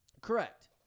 Correct